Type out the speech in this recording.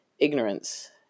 Ignorance